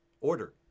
Order